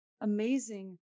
amazing